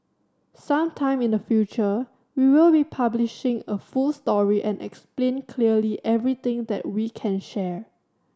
some time in the future we will be publishing a full story and explain clearly everything that we can share